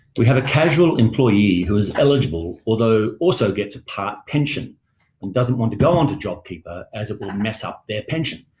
we had a casual employee who is eligible, although also gets a part pension and doesn't want to go on to jobkeeper as it will mess up their pension.